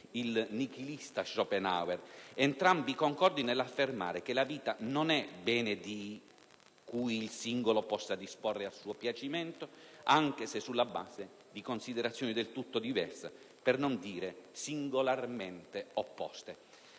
il nichilista Schopenhauer!), entrambi concordi nell'affermare che la vita non è bene di cui il singolo possa disporre a suo piacimento, anche se sulla base di considerazioni del tutto diverse e per non dire singolarmente opposte.